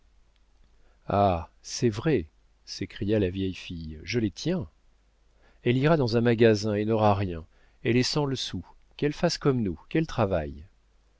ah c'est vrai s'écria la vieille fille je les tiens elle ira dans un magasin et n'aura rien elle est sans le sou qu'elle fasse comme nous qu'elle travaille